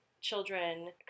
children